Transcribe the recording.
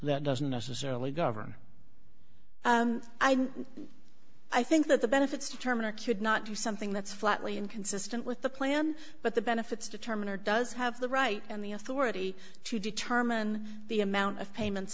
that doesn't necessarily govern i think that the benefits determine a kid not to something that's flatly inconsistent with the plan but the benefits determine or does have the right and the authority to determine the amount of payments